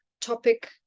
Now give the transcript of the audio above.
topic